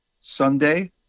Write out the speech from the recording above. sunday